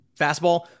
fastball